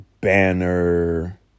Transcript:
Banner